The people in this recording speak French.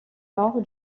nord